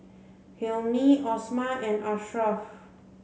Hilmi Omar and Ashraff